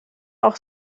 auch